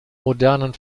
modernen